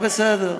בסדר.